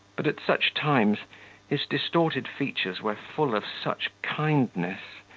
but at such times his distorted features were full of such kindness,